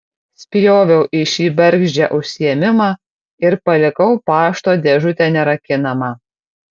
spjoviau į šį bergždžią užsiėmimą ir palikau pašto dėžutę nerakinamą